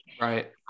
Right